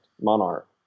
Monarch